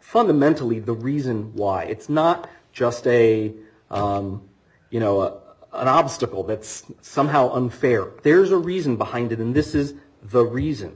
fundamentally the reason why it's not just a you know an obstacle bits somehow unfair there's a reason behind in this is the reason